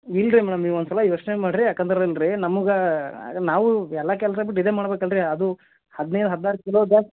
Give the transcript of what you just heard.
ಇಲ್ಲ ರಿ ಮೇಡಮ್ ನೀವು ಒಂದು ಸಲ ಯೋಚನೆ ಮಾಡಿರಿ ಯಾಕಂದ್ರೆ ಇಲ್ಲ ರಿ ನಮ್ಗೆ ನಾವೂ ಎಲ್ಲ ಕೆಲಸ ಬಿಟ್ಟು ಇದೇ ಮಾಡ್ಬೇಕಲ್ಲ ರೀ ಅದು ಹದಿನೈದು ಹದಿನಾರು ಕಿಲೋ ಗ್ಯಾ